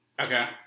Okay